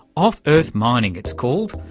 off-earth mining it's called,